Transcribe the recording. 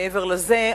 מעבר לזה,